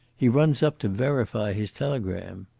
he runs up to verify his telegram.